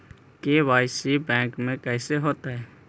KYC bank में कैसे होतै?